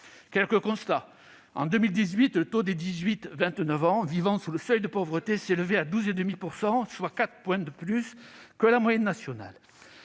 Quelques constats : en 2018, le taux des 18-29 ans vivant sous le seuil de pauvreté s'élevait à 12,5 %, soit 4,2 points de plus que la moyenne nationale.